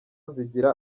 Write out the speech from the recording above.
zigira